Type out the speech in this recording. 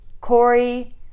Corey